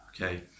okay